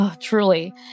Truly